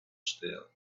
still